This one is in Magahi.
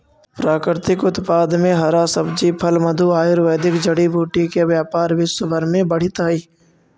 प्राकृतिक उत्पाद में हरा सब्जी, फल, मधु, आयुर्वेदिक जड़ी बूटी के व्यापार विश्व भर में बढ़ित हई